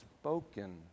spoken